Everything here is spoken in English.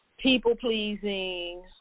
people-pleasing